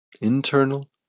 Internal